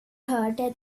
hörde